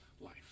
life